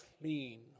clean